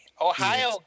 Ohio